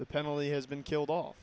the penalty has been killed off